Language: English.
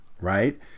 Right